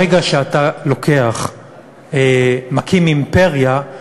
ברגע שאתה לוקח, מקים אימפריה,